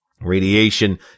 Radiation